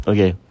Okay